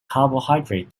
carbohydrate